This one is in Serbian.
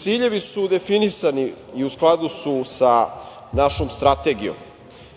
Ciljevi su definisani i u skladu su sa našom strategijom.